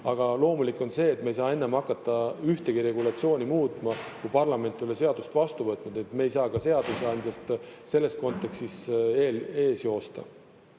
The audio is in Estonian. Aga loomulik on see, et me ei saa enne hakata ühtegi regulatsiooni muutma, kui parlament ei ole seadust vastu võtnud. Me ei saa seadusandjast selles kontekstis eespool